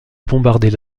bombarder